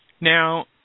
Now